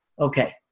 Okay